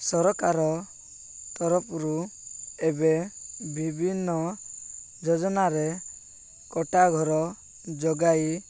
ସରକାର ତରଫରୁ ଏବେ ବିଭିନ୍ନ ଯୋଜନାରେ ପକ୍କା ଘର ଯୋଗାଇ